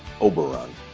Oberon